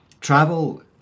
travel